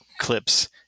clips